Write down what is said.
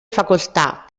facoltà